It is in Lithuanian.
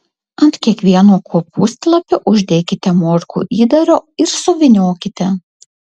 ant kiekvieno kopūstlapio uždėkite morkų įdaro ir suvyniokite